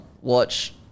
watch